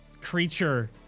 creature